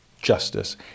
justice